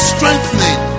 Strengthening